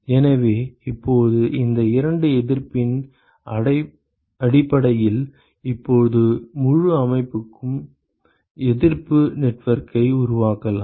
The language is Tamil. எனவே இப்போது இந்த இரண்டு எதிர்ப்பின் அடிப்படையில் இப்போது முழு அமைப்புக்கும் எதிர்ப்பு நெட்வொர்க்கை உருவாக்கலாம்